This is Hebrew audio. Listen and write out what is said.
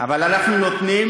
אבל אנחנו נותנים